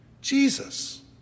Jesus